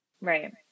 right